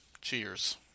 cheers